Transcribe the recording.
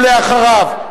ואחריו,